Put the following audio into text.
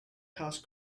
house